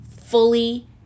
fully